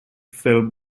film